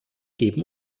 geben